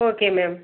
okay ma'am